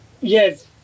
yes